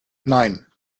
nein